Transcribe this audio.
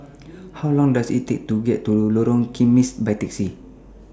How Long Does IT Take to get to Lorong Kismis By Taxi